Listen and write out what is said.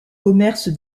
commerce